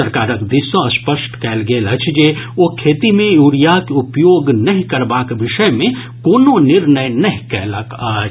सरकारक दिस सॅ स्पष्ट कयल गेल अछि जे ओ खेती मे यूरियाक उपयोग नहि करबाक विषय मे कोनो निर्णय नहि कयलक अछि